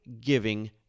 giving